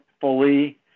fully